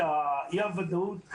אי הוודאות,